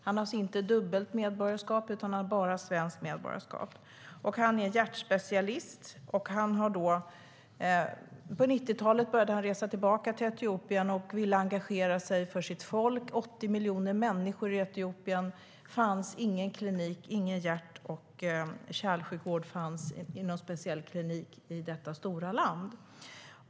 Han har alltså inte dubbelt medborgarskap utan bara svenskt medborgarskap. Han är hjärtspecialist. Och på 90-talet började han resa tillbaka till Etiopien och ville engagera sig för sitt folk. Det bor 80 miljoner människor i Etiopien, men det fanns ingen klinik för hjärt och kärlsjukvård i detta stora land.